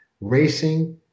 racing